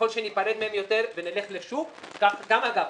ככל שניפרד מהם יותר ונלך לשוק ואגב,